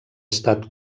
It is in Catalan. estat